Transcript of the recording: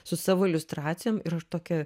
su savo iliustracijom ir aš tokią